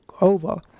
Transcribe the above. over